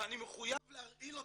ואני מחויב להרעיל אותו,